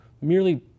merely